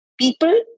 People